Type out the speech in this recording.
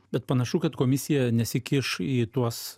bet panašu kad komisija nesikiš į tuos